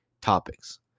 topics